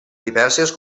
diverses